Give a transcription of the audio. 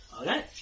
Okay